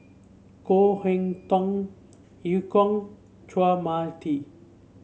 Koh Eu Kong Chua Tee